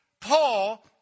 Paul